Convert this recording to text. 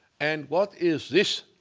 and what is this?